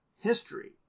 history